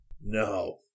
No